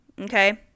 okay